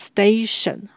Station